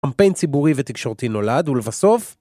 קמפיין ציבורי ותקשורתי נולד ולבסוף